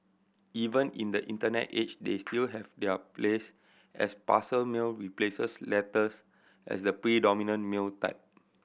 even in the internet age they still have their place as parcel mail replaces letters as the predominant mail type